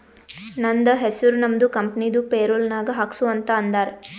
ನಂದ ಹೆಸುರ್ ನಮ್ದು ಕಂಪನಿದು ಪೇರೋಲ್ ನಾಗ್ ಹಾಕ್ಸು ಅಂತ್ ಅಂದಾರ